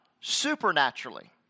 Supernaturally